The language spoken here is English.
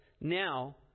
now